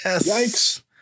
Yes